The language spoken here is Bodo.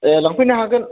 ए लांफैनो हागोन